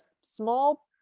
small